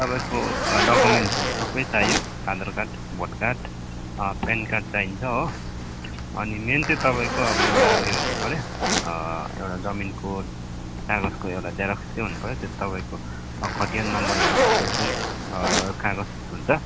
तपाईँको डकुमेन्ट्सहरू सबै चाहियो Aadhaar card vote card PAN card चाहिन्छ हो अनि मेन चाहिँ तपाईँको अब एउटा यो हुनुपर्यो एउटा जमिनको कागजको एउटा जेरक्स चाहिँ हुनुपर्यो त्यो चाहिँ तपाईँको खतियान नम्बर भएको त्यो जुन कागज हुन्छ